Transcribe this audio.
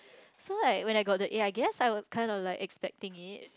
so like when I got the A I guess I was kind of like expecting it